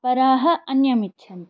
अपरः अन्यमिच्छन्ति